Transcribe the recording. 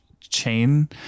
chain